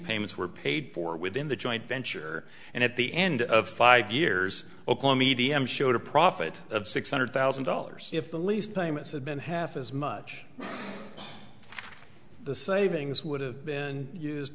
payments were paid for within the joint venture and at the end of five years okla medium showed a profit of six hundred thousand dollars if the lease payments had been half as much the savings would have been use